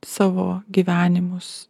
savo gyvenimus